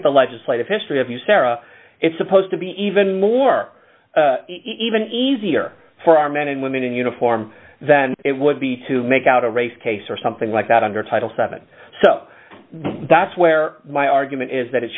at the legislative history of userra it's supposed to be even more even easier for our men and women in uniform than it would be to make out a race case or something like that under title seven so that's where my argument is that it